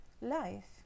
Life